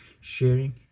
sharing